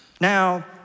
Now